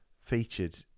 featured